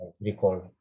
recall